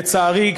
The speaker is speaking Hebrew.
לצערי,